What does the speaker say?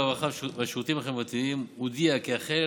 הרווחה והשירותים החברתיים הודיע כי יחל